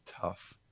tough